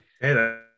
Hey